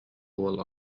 уол